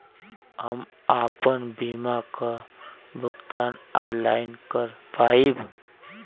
हम आपन बीमा क भुगतान ऑनलाइन कर पाईब?